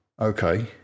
Okay